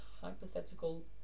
hypothetical